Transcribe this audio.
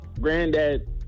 granddad